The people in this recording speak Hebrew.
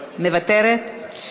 מוותרת.